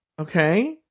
Okay